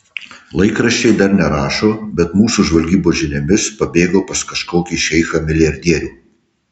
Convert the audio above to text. laikraščiai dar nerašo bet mūsų žvalgybos žiniomis pabėgo pas kažkokį šeichą milijardierių